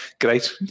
great